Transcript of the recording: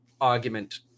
argument